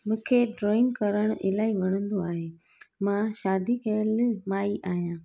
मूंखे ड्रॉईंग करणु इलाही वणंदो आहे मां शादी कयल माई आहियां